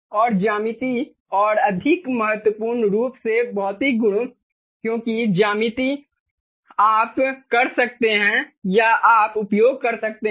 और ज्यामिति और अधिक महत्वपूर्ण रूप से भौतिक गुण क्योंकि ज्यामिति आप कर सकते हैं या आप उपयोग कर सकते हैं